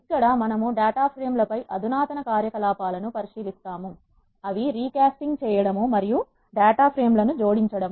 ఇక్కడ మనము data frame లపై అధునాతన కార్యకలాపాలను పరిశీలిస్తాము అవి రీ కాస్టింగ్ చేయడం మరియు డేటా ఫ్రేమ్ లను జోడించడం